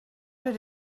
did